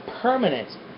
permanent